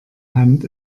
hand